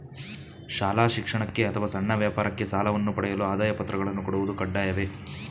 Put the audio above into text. ಶಾಲಾ ಶಿಕ್ಷಣಕ್ಕೆ ಅಥವಾ ಸಣ್ಣ ವ್ಯಾಪಾರಕ್ಕೆ ಸಾಲವನ್ನು ಪಡೆಯಲು ಆದಾಯ ಪತ್ರಗಳನ್ನು ಕೊಡುವುದು ಕಡ್ಡಾಯವೇ?